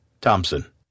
Thompson